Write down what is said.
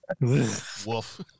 Wolf